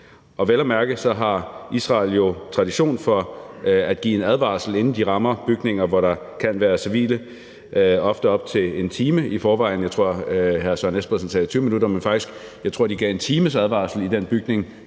Vel at mærke har Israel jo tradition for at give en advarsel, inden de rammer bygninger, hvor der kan være civile, ofte op til en time i forvejen. Jeg tror, hr. Søren Espersen sagde 20 minutter, men faktisk tror jeg, at de gav en times advarsel i forbindelse